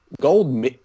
Gold